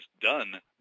done